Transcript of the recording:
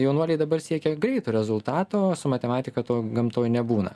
jaunuoliai dabar siekia greito rezultato o su matematika to gamtoj nebūna